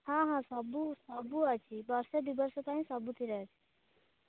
ହଁ ହଁ ସବୁ ସବୁ ଅଛି ବର୍ଷ ଦୁଇବର୍ଷ ପାଇଁ ସବୁଥିରେ ଅଛି